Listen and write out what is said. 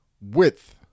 Width